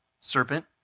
serpent